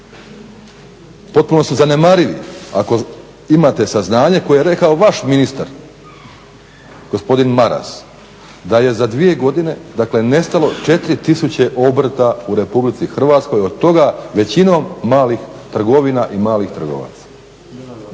potpuno su zanemarivi ako imate saznanje koje je rekao vaš ministar, gospodin Maras da je za dvije godine, dakle nestalo 4000 obrta u RH od toga većinom malih trgovina i malih trgovaca.